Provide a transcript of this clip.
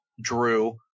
Drew